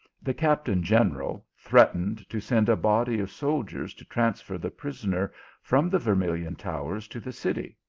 the captain-general threatened to send a body of soldiers to transfer the prisoner from the vermilion bowers to the city.